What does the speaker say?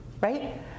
right